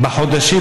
בחודשים